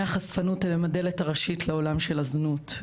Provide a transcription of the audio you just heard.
החשפנות הם הדלת הראשית לעולם של הזנות.